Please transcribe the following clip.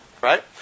right